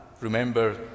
Remember